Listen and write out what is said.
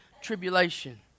tribulation